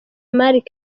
malik